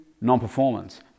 non-performance